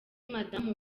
madamu